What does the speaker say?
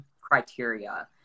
criteria